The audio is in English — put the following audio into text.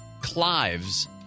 Clives